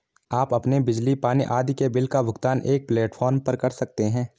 आप अपने बिजली, पानी आदि के बिल का भुगतान एक प्लेटफॉर्म पर कर सकते हैं